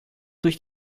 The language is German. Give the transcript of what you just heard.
durch